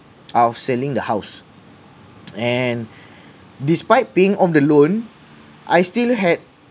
out of selling the house and despite paying off the loan I still had